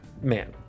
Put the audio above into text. man